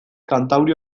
kantauri